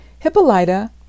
Hippolyta